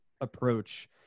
approach